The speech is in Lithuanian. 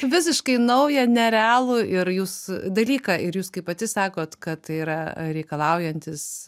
visiškai naują nerealų ir jūs dalyką ir jūs kaip pati sakot kad tai yra reikalaujantis